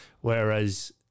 whereas